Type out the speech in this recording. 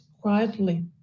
quietly